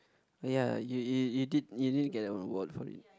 oh ya you you you did you didn't get an award for it